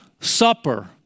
Supper